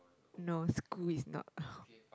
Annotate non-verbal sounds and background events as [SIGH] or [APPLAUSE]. no school is not [BREATH]